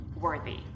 worthy